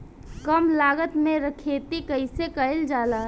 कम लागत में खेती कइसे कइल जाला?